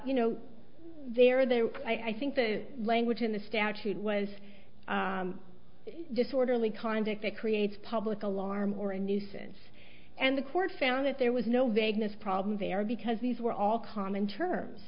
you know there there i think the language in the statute was disorderly conduct that creates public alarm or a nuisance and the court found that there was no vagueness problem there because these were all common terms